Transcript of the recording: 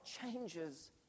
changes